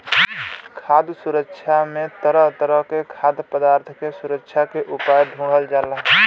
खाद्य सुरक्षा में तरह तरह के खाद्य पदार्थ के सुरक्षा के उपाय ढूढ़ल जाला